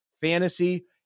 fantasy